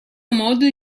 modo